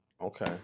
okay